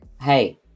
hey